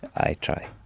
i try.